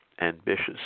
ambitious